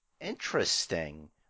interesting